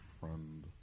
friend